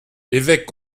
évêque